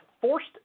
forced